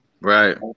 Right